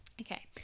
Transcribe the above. Okay